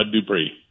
Dupree